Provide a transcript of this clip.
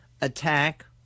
attack